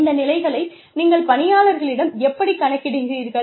இந்த நிலைகளை நீங்கள் பணியாளர்களிடம் எப்படிக் கணக்கிடுகிறீர்கள்